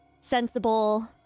sensible